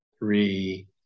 three